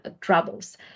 troubles